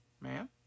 ma'am